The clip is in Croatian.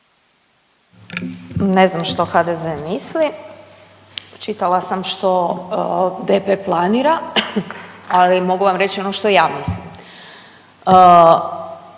Ne znam što HDZ misli, čitala sam što DP planira ali mogu vam reći ono što ja mislim.